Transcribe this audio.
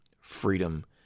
freedom